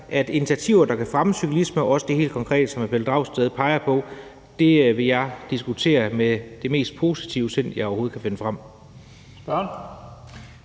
at initiativer, der kan fremme cyklismen, også det helt konkrete initiativ, som hr. Pelle Dragsted peger på, vil jeg diskutere med det mest positive sind, jeg overhovedet kan finde frem. Kl.